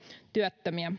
työttömiä